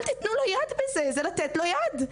אל תתנו לו יד בזה זה לתת לו יד.